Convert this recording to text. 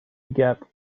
gap